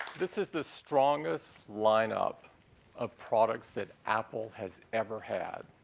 this is the strongest lineup of products that apple has ever had.